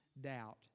doubt